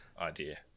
idea